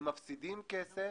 הם מפסידים כסף